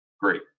great